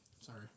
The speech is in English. Sorry